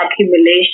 accumulation